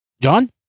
john